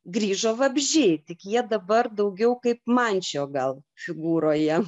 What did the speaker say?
grįžo vabzdžiai tik jie dabar daugiau kaip mančio gal figūroje